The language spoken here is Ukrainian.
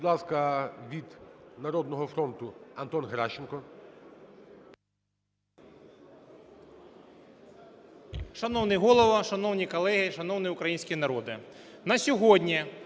Будь ласка, від "Народного фронту" Антон Геращенко.